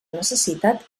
necessitat